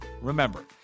remember